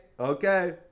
Okay